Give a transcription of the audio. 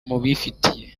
mubifitiye